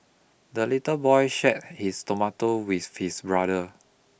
the little boy share his tomato with his brother